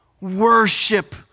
worship